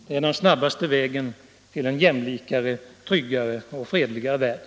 Det är den snabbaste vägen till en jämlikare, tryggare och fredligare värld.